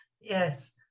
yes